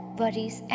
worries